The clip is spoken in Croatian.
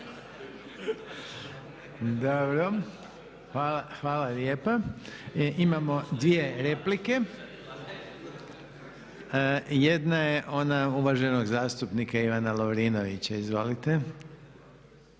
Hvala vam lijepa. Imamo dvije replike. Prva je ona uvaženog zastupnika Steve Culeja. Izvolite.